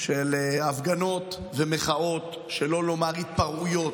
של הפגנות ומחאות, שלא לומר התפרעויות,